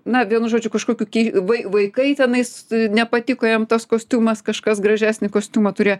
na vienu žodžiu kažkokių kei vai vaikai tenais nepatiko jiem tas kostiumas kažkas gražesnį kostiumą turėjo